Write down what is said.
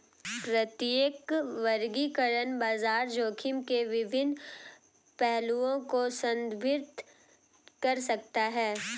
प्रत्येक वर्गीकरण बाजार जोखिम के विभिन्न पहलुओं को संदर्भित कर सकता है